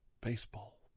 baseball